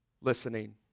listening